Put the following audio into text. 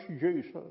Jesus